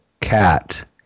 cat